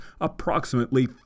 approximately